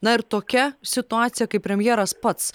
na ir tokia situacija kai premjeras pats